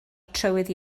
trywydd